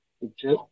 picture